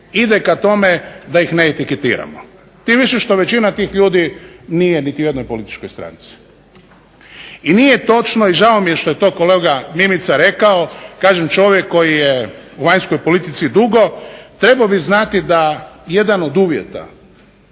ide k tome da ih ne etiketiramo. Tim više što većina tih ljudi nije niti u jednoj političkoj stranci. I nije točno i žao mi je što je to kolega Mimica rekao, kažem čovjek koji je u vanjskoj politici dugo, trebao bi znati da jedan od uvjeta